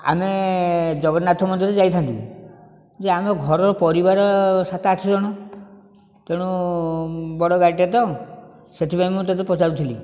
ଆମେ ଜଗନ୍ନାଥ ମନ୍ଦିର ଯାଇଥାନ୍ତୁ ଯେ ଆମ ଘର ପରିବାର ସାତ ଆଠ ଜଣ ତେଣୁ ବଡ଼ ଗାଡ଼ିଟେ ତ ସେଥିପାଇଁ ମୁଁ ତୋତେ ପଚାରୁଥିଲି